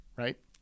Right